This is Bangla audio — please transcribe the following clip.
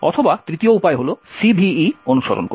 অথবা তৃতীয় উপায় হল CVE অনুসরণ করে